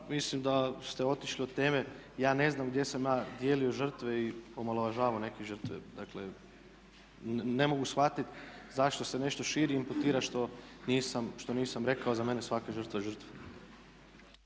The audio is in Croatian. mislim da ste otišli od teme, ja ne znam gdje sam ja dijelio žrtve i omalovažavao neke žrtve. Dakle, ne mogu shvatiti zašto se nešto širi i imputira što nisam rekao. Za mene je svaka žrtva žrtva.